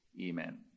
amen